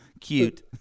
cute